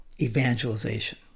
evangelization